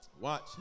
watch